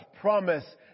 promise